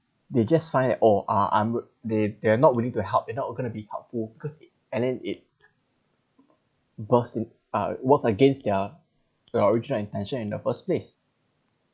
they just find it oh ah I'm wer~ they they are not willing to help they are not going to be helpful cause it and then it works uh works against their their original intention in the first place